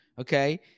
Okay